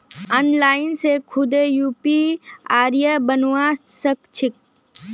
online से खुदे UPI बनवा सक छी